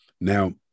Now